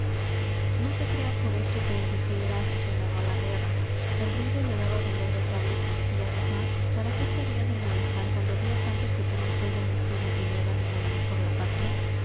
no se crea por esto que el duque era aficionado a la guerra el ruido le daba dolor de cabeza y además para qué se había de molestar cuando había tantos que por un sueldo mezquino peleaban y morían por la patria